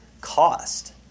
cost